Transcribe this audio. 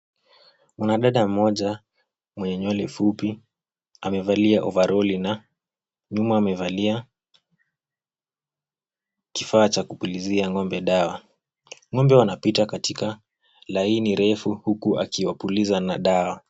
Mwanadada mmoja, mwenye nywele fupi, amevalia overoli na, nyuma amevalia, kifaa cha kupulizia ng'ombe dawa. Ng'ombe wanapita katika, laini refu huku akiwapuliza na dawa.